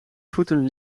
voeten